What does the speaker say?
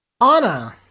Anna